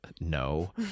no